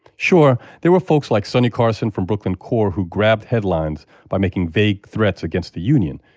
sure there were folks like sonny carson from brooklyn core who grabbed headlines by making vague threats against the union,